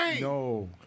No